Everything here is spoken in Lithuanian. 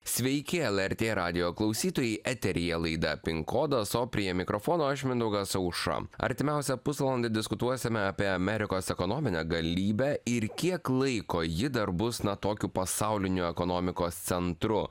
sveiki lrt radijo klausytojai eteryje laida pin kodas o prie mikrofono aš mindaugas aušra artimiausią pusvalandį diskutuosime apie amerikos ekonominę galybę ir kiek laiko ji dar bus na tokiu pasauliniu ekonomikos centru